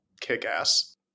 kick-ass